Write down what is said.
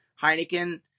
Heineken